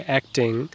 acting